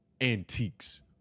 antiques